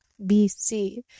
BC